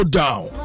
down